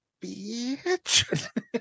bitch